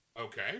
Okay